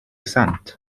sant